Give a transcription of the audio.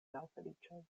malfeliĉoj